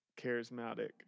charismatic